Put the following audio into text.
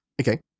Okay